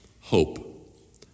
hope